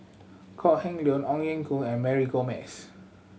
Kok Heng Leun Ong Ye Kung and Mary Gomes